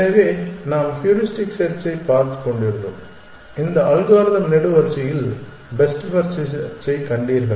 எனவே நாம் ஹூரிஸ்டிக் செர்ச்சைப் பார்த்துக் கொண்டிருந்தோம் இந்த அல்காரிதம் நெடுவரிசையை பெஸ்ட் ஃபர்ஸ்ட் செர்ச்சைக் கண்டீர்கள்